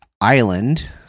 island